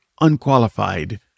unqualified